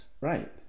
Right